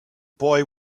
boy